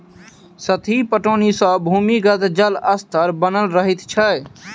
सतही पटौनी सॅ भूमिगत जल स्तर बनल रहैत छै